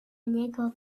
niego